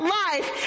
life